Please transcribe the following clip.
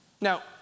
Now